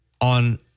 on